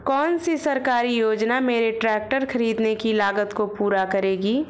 कौन सी सरकारी योजना मेरे ट्रैक्टर ख़रीदने की लागत को पूरा करेगी?